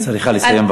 את צריכה לסיים.